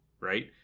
Right